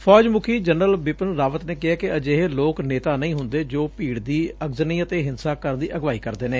ਫੌਜ ਮੁੱਖੀ ਜਨਰਲ ਬਿਪਿਨ ਰਾਵਤ ਨੇ ਕਿਹੈ ਕਿ ਅਜਿਹੇ ਲੋਕ ਨੇਤਾ ਨਹੀਂ ਹੁੰਦੇ ਜੋ ਭੀੜ ਦੀ ਅਗਜ਼ਨੀ ਅਤੇ ਹਿੰਸਾ ਕਰਨ ਦੀ ਅਗਵਾਈ ਕਰਦੇ ਨੇ